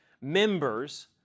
members